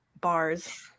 Bars